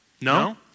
No